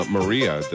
Maria